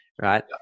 right